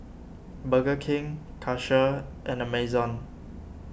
Burger King Karcher and Amazon